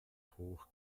hoch